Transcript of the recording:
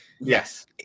yes